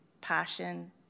passion